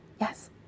Yes